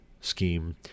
scheme